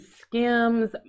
Skims